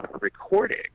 recording